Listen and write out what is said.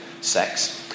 sex